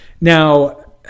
Now